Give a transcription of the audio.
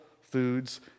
foods